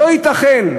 לא ייתכן",